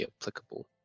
applicable